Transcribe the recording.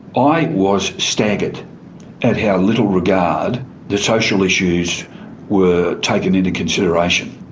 i was staggered at how little regard the social issues were taken into consideration.